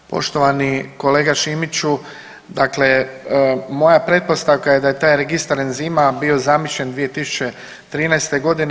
Poštovani kolega Šimiću, dakle moja pretpostavka je da je taj registar enzima bio zamišljen 2013.g.